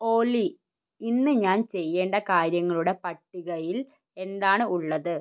ഒല്ലി ഇന്ന് ഞാൻ ചെയ്യേണ്ട കാര്യങ്ങളുടെ പട്ടികയിൽ എന്താണ് ഉള്ളത്